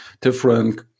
different